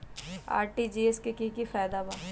RTGS से की की फायदा बा?